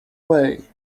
way